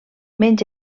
menys